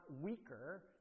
weaker